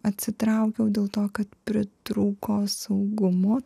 atsitraukiau dėl to kad pritrūko saugumo